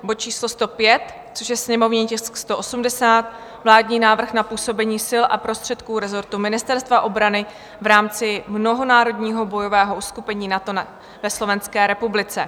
bod číslo 105, sněmovní tisk 180, Vládní návrh na působení sil a prostředků rezortu Ministerstva obrany v rámci mnohonárodního bojového uskupení NATO ve Slovenské republice;